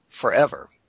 forever